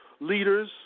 leaders